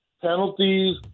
penalties